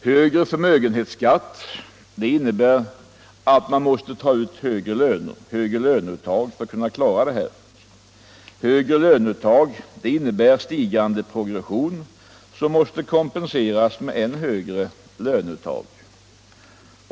Högre förmögenhetsskatt innebär att man måste ta ut högre lön för att kunna klara sig. Högre löneuttag innebär stigande progression, som måste kompenseras med än högre löneuttag.